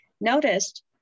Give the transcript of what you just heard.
noticed